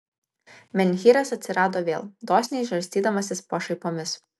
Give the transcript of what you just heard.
menhyras atsirado vėl dosniai žarstydamasis pašaipomis